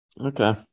Okay